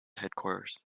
headquarters